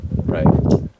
Right